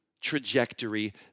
trajectory